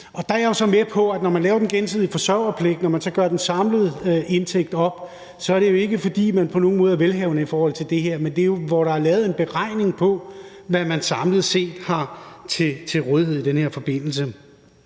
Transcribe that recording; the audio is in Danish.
Der er jeg så med på, at når man laver den gensidige forsørgerpligt og man gør den samlede indtægt op, er det jo ikke, fordi man på nogen måde er velhavende i forhold til det her, men der er jo lavet en beregning på, hvad man samlet set har til rådighed i den her forbindelse.